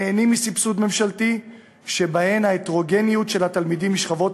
הנהנים מסבסוד ממשלתי אך ההטרוגניות של שכבות